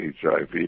HIV